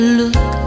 look